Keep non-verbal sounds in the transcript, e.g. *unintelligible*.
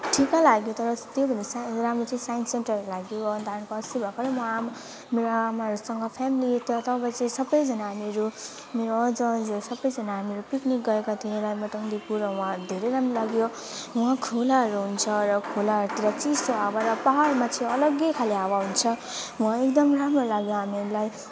ठिक लाग्यो तर त्योभन्दा सानो राम्रो चाहिँ साइन्स सेन्टरहरू लाग्यो अन्त हामी अस्ति भर्खरै म आम मेरो आमाहरूसँग फ्यामिली त्यहाँ तब चाहिँ सबैजना हामीहरू मेरो अजाअजीहरू सबैजना हामीहरू पिक्निक गएका थियौँ र *unintelligible* कुरो वहाँ धेरै राम्रो लाग्यो वहाँ खोलाहरू हुन्छ र खोलाहरूतिर चिसो हावा र पाहाडमा चाहिँ अलगै खाले हावा हुन्छ वहाँ एकदमै राम्रो लाग्यो हामीहरूलाई